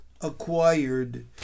acquired